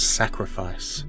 sacrifice